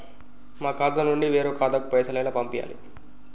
మా ఖాతా నుండి వేరొక ఖాతాకు పైసలు ఎలా పంపియ్యాలి?